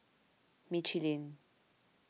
Michelin